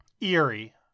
Eerie